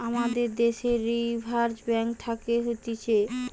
আমাদের দ্যাশের reserve bank থাকে হতিছে